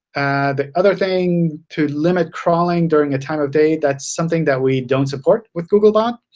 the other thing, to limit crawling during a time of day, that's something that we don't support with googlebot.